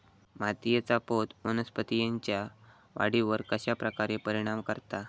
मातीएचा पोत वनस्पतींएच्या वाढीवर कश्या प्रकारे परिणाम करता?